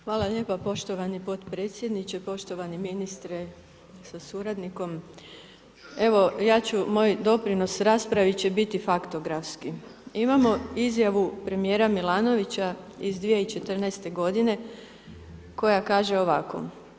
Hvala lijepa poštovani podpredsjedniče, poštovani ministre sa suradnikom, evo ja ću moj doprinos raspravi će biti faktografski, imamo izjavu premijera Milanovića iz 2014. godine koja kaže ovako.